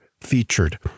featured